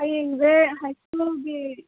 ꯍꯌꯦꯡꯁꯦ ꯍꯥꯏ ꯁꯀꯨꯜꯒꯤ